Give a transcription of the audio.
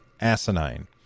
asinine